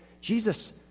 Jesus